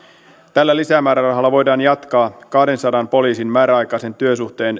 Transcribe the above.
tällä lisämäärärahalla voidaan jatkaa kahdensadan poliisin määräaikaista työsuhdetta